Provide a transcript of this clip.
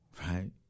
Right